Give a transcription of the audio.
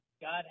God